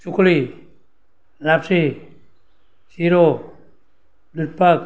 સુખડી લાપસી શીરો દૂધપાક